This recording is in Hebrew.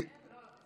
כבר עברו שלוש דקות.